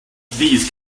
these